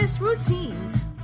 routines